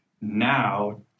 now